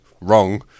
wrong